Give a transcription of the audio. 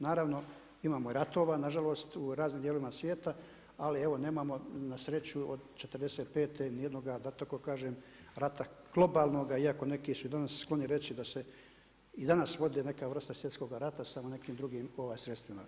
Naravno, imamo i ratova, nažalost u raznim dijelovima svijeta ali evo nemamo na sreću od '45. da tako kažem, rata globalnoga iako neki su danas skloni su reći da se i danas vodi neka vrsta svjetskoga rata sa nekim drugim sredstvima.